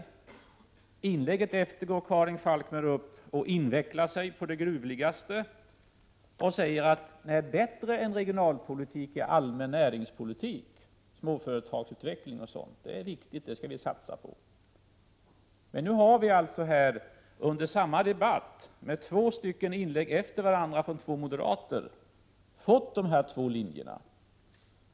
I inlägget därefter går Karin Falkmer upp, invecklar sig å det gruvligaste, och säger att allmän näringspolitik är bättre än regionalpolitik och att det är viktigt att vi satsar på småföretagsutveckling etc. Nu har vi alltså här, under samma debatt och med två inlägg efter varandra från två moderater, fått dessa två linjer redovisade.